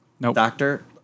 doctor